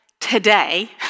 today